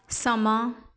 ਸਮਾਂ